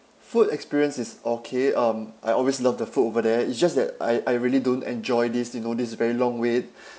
food experience is okay um I always love the food over there it's just that I I really don't enjoy this you know this very long wait